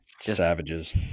savages